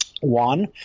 One